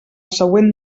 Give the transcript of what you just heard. següent